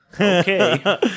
Okay